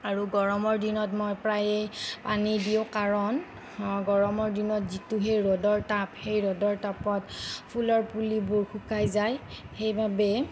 আৰু গৰমৰ দিনত মই প্ৰায়ে পানী দিওঁ কাৰণ গৰমৰ দিনত যিটোহে ৰ'দৰ তাপ সেই ৰ'দৰ তাপত ফুলৰ পুলিবোৰ শুকাই যায় সেইবাবে